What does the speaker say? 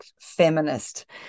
feminist